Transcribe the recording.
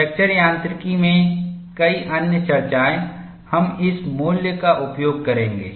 fracture यांत्रिकी में कई अन्य चर्चाएं हम इस मूल्य का उपयोग करेंगे